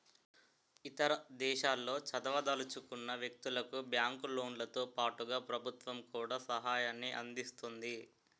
ఇతర దేశాల్లో చదవదలుచుకున్న వ్యక్తులకు బ్యాంకు లోన్లతో పాటుగా ప్రభుత్వం కూడా సహాయాన్ని అందిస్తుంది